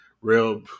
real